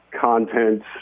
content